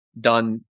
done